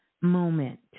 moment